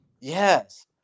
Yes